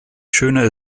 schöner